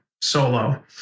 solo